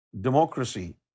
democracy